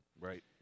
Right